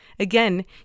Again